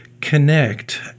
connect